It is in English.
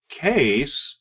case